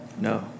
No